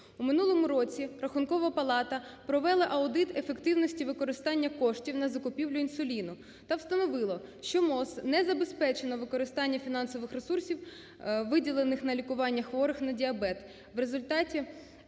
У минулому році Рахункова палата провела аудит ефективності використання коштів на закупівлю інсуліну та встановила, що МОЗ не забезпечено використання фінансових ресурсів, виділених на лікування хворих на діабет,